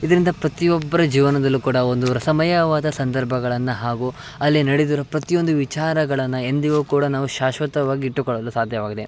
ಇದರಿಂದ ಪ್ರತಿ ಒಬ್ಬರ ಜೀವನದಲ್ಲೂ ಕೂಡ ಒಂದು ರಸಮಯವಾದ ಸಂದರ್ಭಗಳನ್ನು ಹಾಗೂ ಅಲ್ಲಿ ನಡೆದಿರೋ ಪ್ರತಿ ಒಂದು ವಿಚಾರಗಳನ್ನು ಎಂದಿಗೂ ಕೂಡ ನಾವು ಶಾಶ್ವತವಾಗಿ ಇಟ್ಟುಕೊಳ್ಳಲು ಸಾಧ್ಯವಾಗಿದೆ